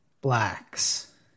blacks